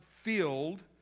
field